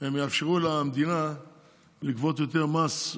הם יאפשרו למדינה לגבות יותר מס.